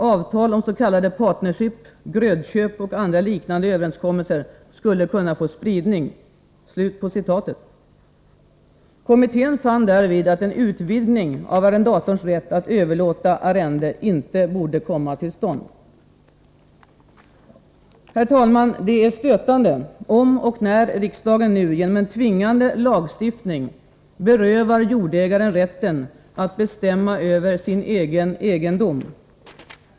Avtal om s.k. partnership, grödköp och andra liknande överenskommelser skulle kunna få spridning.” Kommittén fann därvid att en utvidgning av arrendatorns rätt att överlåta arrende inte borde komma till stånd. Herr talman! Det är stötande, om och när riksdagen genom en tvingande lagstiftning berövar jordägaren rätten att bestämma över sin egen egendom.